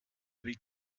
wie